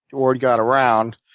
word got around.